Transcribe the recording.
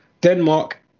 Denmark